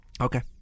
Okay